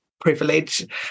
privilege